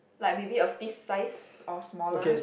like maybe a fist size or smaller